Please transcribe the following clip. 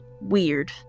weird